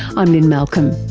i'm lynne malcolm,